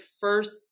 first